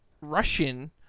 russian